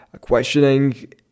questioning